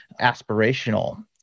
aspirational